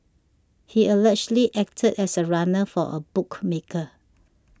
he allegedly acted as a runner for a bookmaker